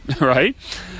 right